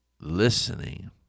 listening